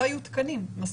לא היו תקנים מספיק.